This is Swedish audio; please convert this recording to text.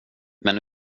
men